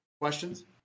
questions